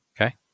Okay